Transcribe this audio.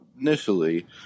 initially